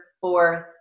fourth